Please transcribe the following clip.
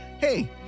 hey